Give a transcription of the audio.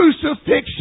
crucifixion